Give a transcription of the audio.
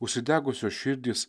užsidegusios širdys